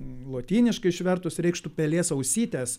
lotyniškai išvertus reikštų pelės ausytės